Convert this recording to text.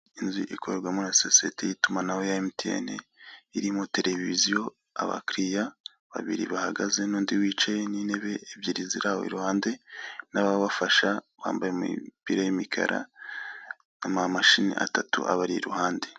Inzu ikorwamo na sosiyete y'itumanaho ya emutiyeni, irimo televiziyo, abakiliya, babiri bahagaze n'undi wicaye, n'intebe ebyiri ziri aho iruhande, n'ababafasha bambaye imipira y'imikara n'amamashini atatu abari iruhande.